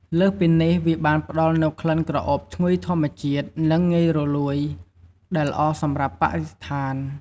លើសពីនេះ វាបានផ្តល់នូវក្លិនក្រអូបឈ្ងុយធម្មជាតិ និងងាយរលួយ ដែលល្អសម្រាប់បរិស្ថាន។